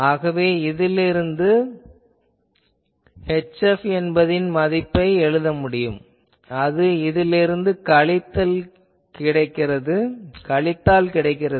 ஆகவே இதிலிருந்து HF என்பதின் மதிப்பை எழுத முடியும் அது இதிலிருந்து கழித்தல் கிடைக்கிறது